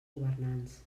governants